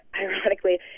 Ironically